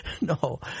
No